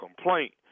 complaint